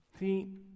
See